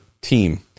team